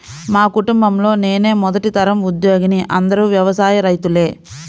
మా కుటుంబంలో నేనే మొదటి తరం ఉద్యోగిని అందరూ వ్యవసాయ రైతులే